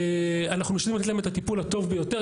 ואנחנו משתדלים לתת להם את הטיפול הטוב ביותר.